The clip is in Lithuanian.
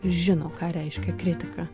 žino ką reiškia kritika